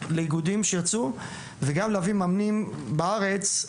לאיגודים שיצאו, וגם להביא מאמנים בארץ,